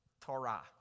Torah